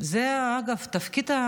זה אחד מהתפקידים